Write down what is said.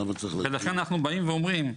ולכן, אנחנו באים ואומרים,